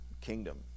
kingdom